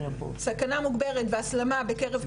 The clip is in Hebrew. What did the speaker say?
סכנה מוגברת והסלמה בקרב קורבנות,